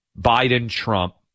Biden-Trump